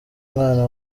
mwana